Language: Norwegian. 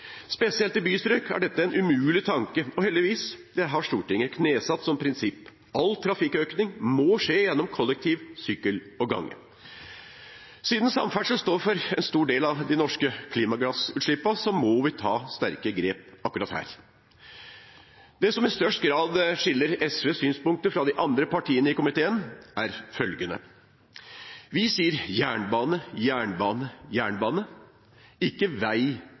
Spesielt i bystrøk er dette en umulig tanke, og heldigvis har Stortinget knesatt som prinsipp at all trafikkøkning må skje gjennom kollektivtrafikk, sykkel og gange. Siden samferdsel står for en stor del av de norske klimagassutslippene, må vi ta sterke grep akkurat her. Det som i størst grad skiller SVs synspunkter fra de andre partiene i komiteen, er følgende: Vi sier jernbane-jernbane-jernbane, ikke